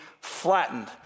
flattened